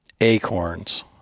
acorns